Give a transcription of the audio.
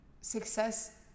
success